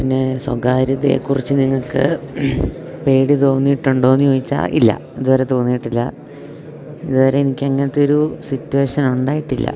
പിന്നെ സ്വകാര്യതയെ കുറിച്ച് നിങ്ങള്ക്ക് പേടി തോന്നിയിട്ടുണ്ടോ എന്നു ചോദിച്ചാല് ഇല്ല ഇതുവരെ തോന്നിയിട്ടില്ല ഇതുവരെ എനിക്കങ്ങനത്തെയൊരു സിറ്റുവേഷനുണ്ടായിട്ടില്ല